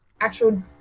actual